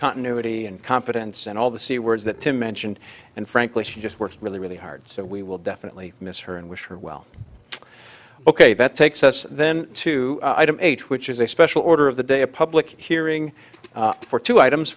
continuity and confidence and all the c words that tim mentioned and frankly she just works really really hard so we will definitely miss her and wish her well ok that takes us then to item eight which is a special order of the day a public hearing for two items